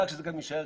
משהו קטן.